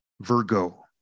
Virgo